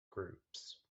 groups